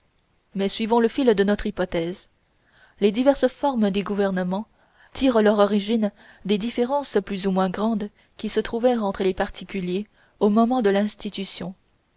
mais suivons le fil de notre hypothèse les diverses formes des gouvernements tirent leur origine des différences plus ou moins grandes qui se trouvèrent entre les particuliers au moment de l'institution